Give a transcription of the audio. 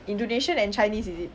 indonesian and chinese is it